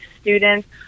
students